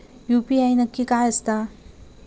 UPI नक्की काय आसता?